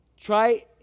Try